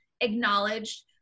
acknowledged